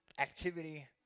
activity